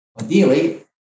ideally